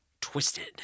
twisted